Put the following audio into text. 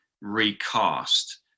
recast